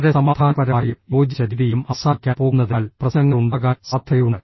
വളരെ സമാധാനപരമായും യോജിച്ച രീതിയിലും അവസാനിക്കാൻ പോകുന്നതിനാൽ പ്രശ്നങ്ങൾ ഉണ്ടാകാൻ സാധ്യതയുണ്ട്